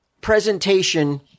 presentation